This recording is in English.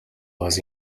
was